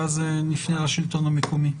ואז נפנה לשלטון המקומי.